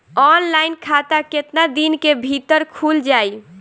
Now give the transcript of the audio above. Online खाता केतना दिन के भीतर ख़ुल जाई?